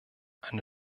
eine